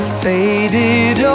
faded